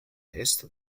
est